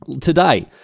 today